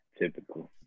Typical